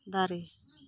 ᱫᱟᱨᱮ